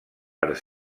per